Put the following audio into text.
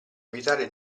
evitare